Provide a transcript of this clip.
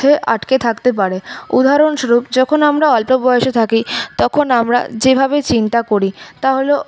আঁটকে থাকতে পারে উদাহরণস্বরূপ যখন আমরা অল্প বয়সে থাকি তখন আমরা যেভাবে চিন্তা করি তা হল